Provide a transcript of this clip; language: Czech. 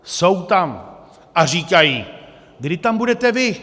Jsou tam a říkají: kdy tam budete vy?